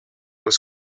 was